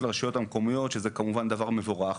של הרשויות המקומיות שזה כמובן דבר מבורך.